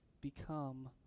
become